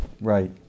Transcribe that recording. Right